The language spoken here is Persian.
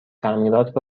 تعمیرات